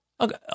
Okay